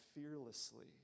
fearlessly